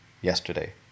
yesterday